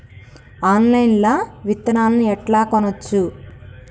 Online లా విత్తనాలను ఎట్లా కొనచ్చు?